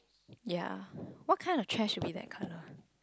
ya what kind of trash would be that colour